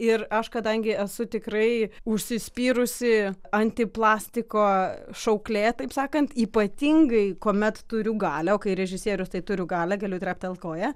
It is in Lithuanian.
ir aš kadangi esu tikrai užsispyrusi antiplastiko šauklė taip sakant ypatingai kuomet turiu galią o kai režisierius tai turiu galią galiu treptelt koja